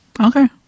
Okay